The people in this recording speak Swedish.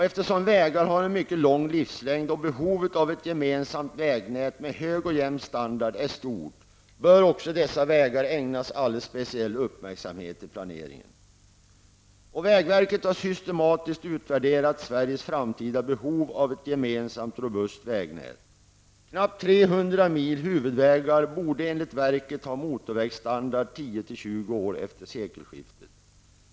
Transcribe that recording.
Eftersom vägar har en mycket lång livslängd och behovet av ett gemensamt vägnät med hög och jämn standard är stort, bör också dessa vägar ägnas alldeles speciell uppmärksamhet i planeringen. Vägverket har systematiskt utvärderat Sveriges framtida behov av ett gemensamt rubust vägnät. Knappt 300 mil huvudvägar borde enligt verket ha motorvägsstandard 10--20 år efter sekelskiftet.